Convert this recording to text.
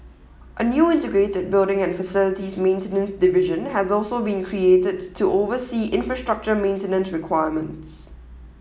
a new integrated building and facilities maintenance division has also been created to oversee infrastructure maintenance requirements